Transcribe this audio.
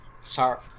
sorry